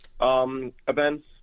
events